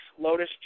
Lotus